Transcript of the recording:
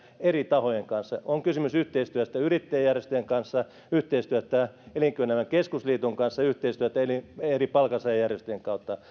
eri tahojen kanssa on kysymys yhteistyöstä yrittäjäjärjestöjen kanssa yhteistyöstä elinkeinoelämän keskusliiton kanssa yhteistyöstä eri palkansaajajärjestöjen